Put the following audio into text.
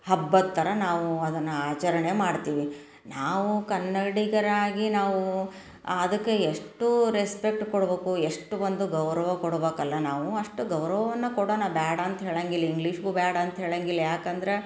ಹಬ್ಬದ ಥರ ನಾವು ಅದನ್ನು ಆಚರಣೆ ಮಾಡ್ತೀವಿ ನಾವು ಕನ್ನಡಿಗರಾಗಿ ನಾವು ಅದಕ್ಕೆ ಎಷ್ಟು ರೆಸ್ಪೆಕ್ಟ್ ಕೊಡ್ಬೇಕು ಎಷ್ಟು ಒಂದು ಗೌರವ ಕೊಡ್ಬೇಕಲ್ಲ ನಾವು ಅಷ್ಟು ಗೌರವವನ್ನು ಕೊಡಣ ಬೇಡ ಅಂತ ಹೇಳಂಗಿಲ್ಲ ಇಂಗ್ಲೀಷ್ಗೂ ಬೇಡ ಅಂತ ಹೇಳೊಂಗಿಲ್ಲ ಯಾಕಂದ್ರೆ